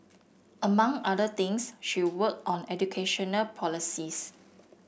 among other things she worked on educational policies